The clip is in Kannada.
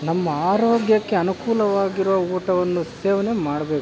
ನಮ್ಮ ಆರೋಗ್ಯಕ್ಕೆ ಅನುಕೂಲವಾಗಿರುವ ಊಟವನ್ನು ಸೇವನೆ ಮಾಡಬೇಕು